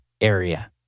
area